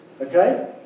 Okay